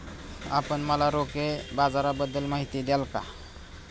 आपण मला रोखे बाजाराबद्दल माहिती द्याल का?